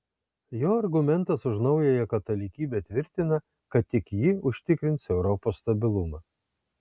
jo argumentas už naująją katalikybę tvirtina kad tik ji užtikrins europos stabilumą